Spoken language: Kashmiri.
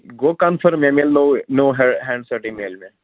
گوٚو کَنفٲرٕم مےٚ میلہِ نوٚوٕے نوٚو ہے ہینٛڈ سٮ۪ٹٕے میلہِ مےٚ